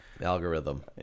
algorithm